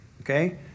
okay